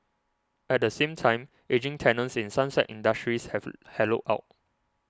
at the same time ageing tenants in sunset industries have hollowed out